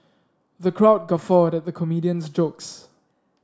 the crowd guffawed at the comedian's jokes